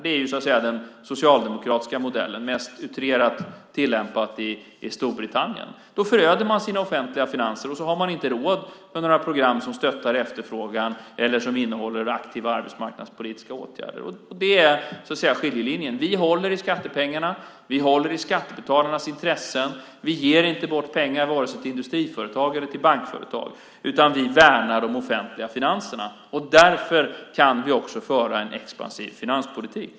Det är så att säga den socialdemokratiska modellen, mest utrerat tillämpad i Storbritannien. Men då föröder man sina offentliga finanser och har inte råd med några program som stöttar efterfrågan eller som innehåller aktiva arbetsmarknadspolitiska åtgärder. Det är skiljelinjen. Vi håller i skattepengarna. Vi håller i skattebetalarnas intressen. Vi ger inte bort pengar vare sig till industriföretag eller till bankföretag. I stället värnar vi de offentliga finanserna. Därför kan vi föra en expansiv finanspolitik.